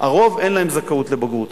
לרוב אין זכאות לבגרות.